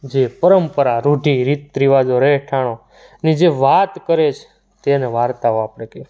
જે પરંપરા રૂઢિ રીત રિવાજો રહેઠાણની જે વાત કરે છે તેને વાર્તાઓ આપણે કહેવાય